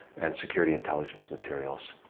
and security intelligence materials.